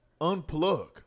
unplug